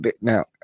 Now